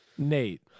Nate